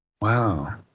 Wow